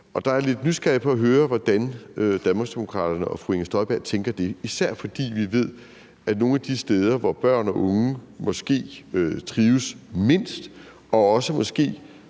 Jeg er lidt nysgerrig på at høre, hvordan Danmarksdemokraterne og fru Inger Støjberg tænker det – især fordi vi ved, at nogle af de steder, hvor børn og unge måske trives mindst og måske